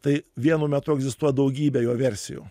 tai vienu metu egzistuoja daugybė jo versijų